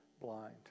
blind